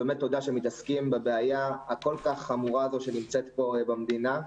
ובאמת תודה שמתעסקים בבעיה הכל כך חמורה הזאת שנמצאת פה במדינה.